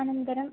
अनन्तरम्